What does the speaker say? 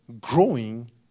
growing